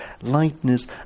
lightness